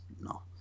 no